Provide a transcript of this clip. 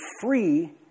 free